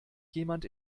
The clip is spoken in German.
jemand